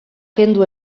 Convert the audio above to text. kendu